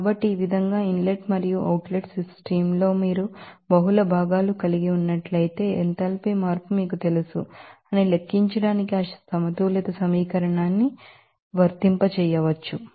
కాబట్టి ఈ విధంగా ఇన్ లెట్ మరియు అవుట్ లెట్ సిస్టమ్ లో మీరు బహుళ భాగాలను కలిగి ఉన్నట్లయితే ఎంథాల్పీ మార్పు మీకు తెలుసు అని లెక్కించడానికి ఆ ఎనర్జీ బాలన్స్ ఈక్వేషన్ న్ని ఎలా వర్తింపజేయవచ్చు